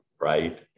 right